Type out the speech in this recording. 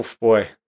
boy